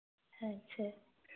अच्छा